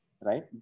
right